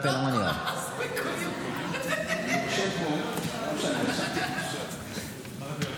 רשמתי פה דברים שרציתי להגיד.